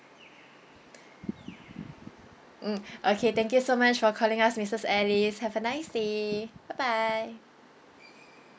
mm okay thank you so much for calling us missus alice have a nice day bye bye